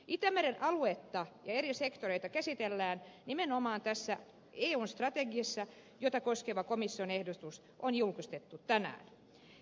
itämeren aluetta ja eri sektoreita käsitellään nimenomaan tässä eun strategiassa jota koskeva komission ehdotus on julkistettu tänään